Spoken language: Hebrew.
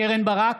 קרן ברק,